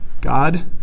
God